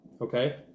okay